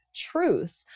truth